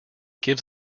gives